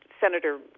Senator